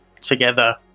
together